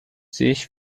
sich